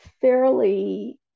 fairly